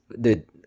Dude